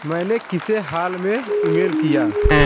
मैंने किसे हाल में ईमेल किया